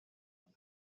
کنم